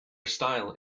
style